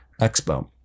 expo